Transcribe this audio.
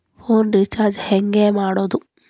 Phone recharge ಹೆಂಗೆ ಮಾಡೋದು?